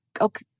okay